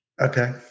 Okay